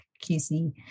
QC